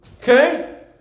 Okay